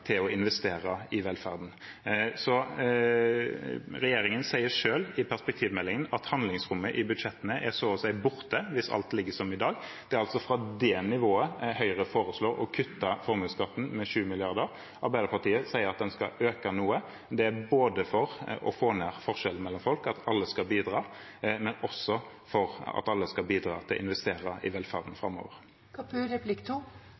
til å investere i velferden. Regjeringen sier selv i perspektivmeldingen at handlingsrommet i budsjettene er så å si borte hvis alt ligger som i dag. Det er fra det nivået Høyre foreslår å kutte formuesskatten med 20 mrd. kr. Arbeiderpartiet sier at den skal øke noe. Det er både for å få ned forskjellene mellom folk, at alle skal bidra, og for at alle skal bidra til å investere i velferden